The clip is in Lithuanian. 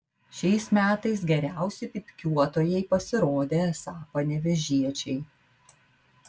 šiais metais geriausi pypkiuotojai pasirodė esą panevėžiečiai